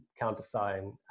countersign